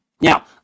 Now